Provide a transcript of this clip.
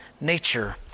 nature